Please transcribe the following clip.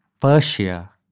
Persia